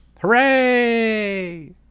hooray